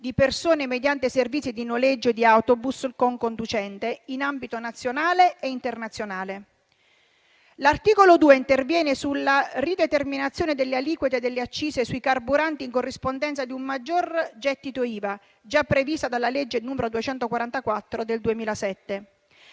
di persone mediante servizi di noleggio di autobus con conducente in ambito nazionale e internazionale. L'articolo 2 interviene sulla rideterminazione delle aliquote delle accise sui carburanti in corrispondenza di un maggior gettito IVA, già prevista dalla legge n. 244 del 2007.